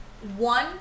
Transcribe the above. One